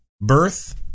birth